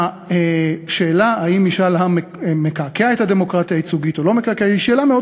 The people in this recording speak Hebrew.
שהשאיר אותה יהושע בן נון, נצרת היא עיר